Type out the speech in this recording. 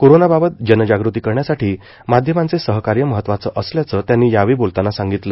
corona बाबत जनजाग़ती करण्यासाठी माध्यमांचे सहकार्य महत्वाचं असल्याचं त्यांनी या वेळी सांगितलं